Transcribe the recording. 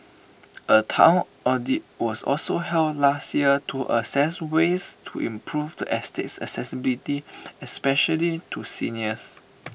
A Town audit was also held last year to assess ways to improve the estate's accessibility especially to seniors